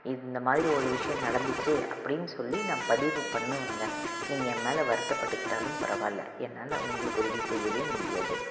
இந்தமாதிரி ஒரு விஷயம் நடந்துச்சு அப்படின்னு சொல்லி நான் பதிவு பண்ணுவேங்க நீங்கள் என் மேல் வருத்தப்பட்டுக்கிட்டாலும் பரவாயில்ல என்னால் உங்களுக்கு உதவி செய்யவே முடியாது